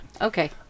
okay